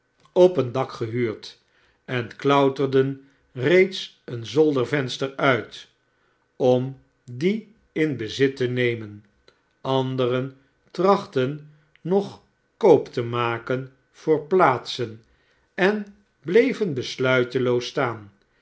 op een dak gehuurd en klouterden reeds een zoldervenster uit om die in bezit te nemen anderen trachtten nog koop te maken voor plaatsen en bleven besluiteloos staan